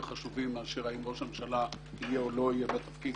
חשובים מאשר אם ראש הממשלה יהיה או לא יהיה בתפקיד.